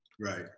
Right